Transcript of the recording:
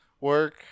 work